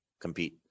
compete